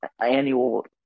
annual